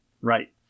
Right